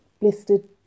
blistered